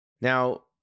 Now